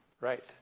Right